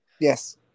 Yes